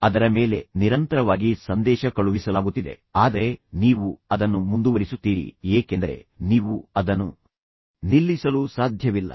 ಅದರ ಮೇಲೆ ನಿರಂತರವಾಗಿ ಸಂದೇಶ ಕಳುಹಿಸಲಾಗುತ್ತಿದೆ ಆದರೆ ನೀವು ಅದನ್ನು ಮುಂದುವರಿಸುತ್ತೀರಿ ಏಕೆಂದರೆ ನೀವು ಅದನ್ನು ನಿಲ್ಲಿಸಲು ಸಾಧ್ಯವಿಲ್ಲ